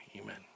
amen